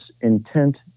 intent